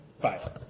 bye